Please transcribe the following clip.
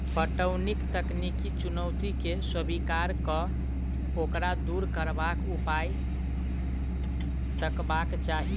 पटौनीक तकनीकी चुनौती के स्वीकार क ओकरा दूर करबाक उपाय तकबाक चाही